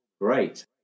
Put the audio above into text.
Great